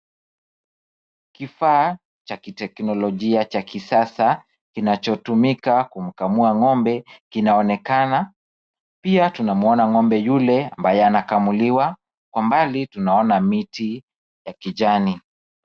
Kufaa cha kiteknolojia cha kisasa kinachotumika kumkamua ng'ombe kinaonekana. Pia, tunamwona ng'ombe yule ambaye anakamuliwa. Kwa umbali, tunaona miti ya kijani.